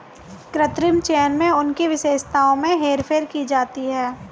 कृत्रिम चयन में उनकी विशेषताओं में हेरफेर की जाती है